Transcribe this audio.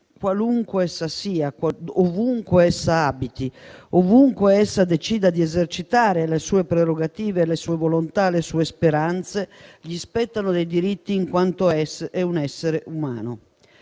qualunque essa sia, ovunque essa abiti, ovunque essa decida di esercitare le sue prerogative, volontà e speranze, spettano dei diritti in quanto essere umano.